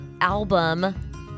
album